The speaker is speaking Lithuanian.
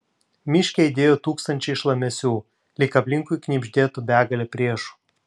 miške aidėjo tūkstančiai šlamesių lyg aplinkui knibždėtų begalė priešų